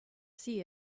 see